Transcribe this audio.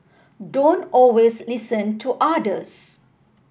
don't always listen to others